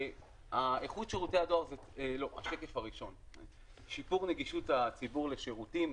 איכות שירותי הדואר זה שיפור נגישות הציבור לשירותים,